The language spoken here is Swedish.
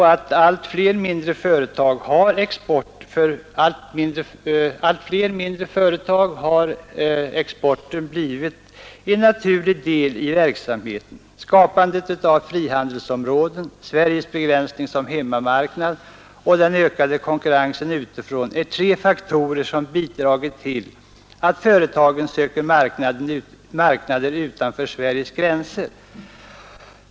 För allt fler mindre företag har exporten blivit en naturlig del av verksamheten. Skapandet av frihandelsområden, Sveriges begränsning som hemmamarknad och den ökade konkurrensen utifrån är tre faktorer som bidragit till att företagen söker marknader utanför Sveriges gränser.